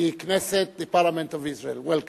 the Knesset, the parliament of Israel, welcome.